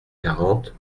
quarante